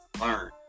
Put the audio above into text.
learn